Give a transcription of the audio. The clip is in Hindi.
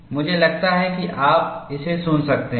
मुझे लगता है कि आप इसे सुन सकते हैं